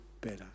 better